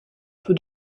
peu